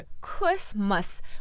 Christmas